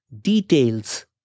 details